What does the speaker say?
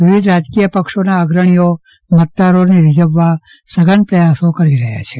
વિવિધ રાજકીય પક્ષોના અગ્રણીઓ મતદારોને રીઝવવા સઘન પ્રયાસો કરી રહ્યા છે